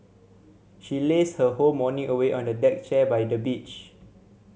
she lazed her whole morning away on a deck chair by the beach